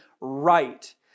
right